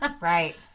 Right